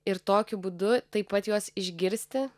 ir tokiu būdu taip pat juos išgirsti